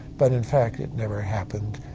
but, in fact, it never happened.